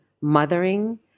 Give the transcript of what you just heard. mothering